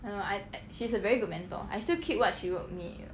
you know I I she's a very good mentor I still keep what she wrote me you know